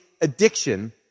addiction